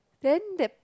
then that